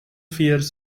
fears